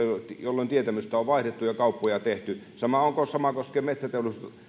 jolloin tietämystä on vaihdettu ja kauppoja tehty sama koskee